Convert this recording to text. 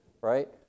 right